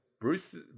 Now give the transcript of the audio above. Bruce